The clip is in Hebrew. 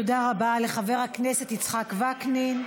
תודה רבה לחבר הכנסת יצחק וקנין.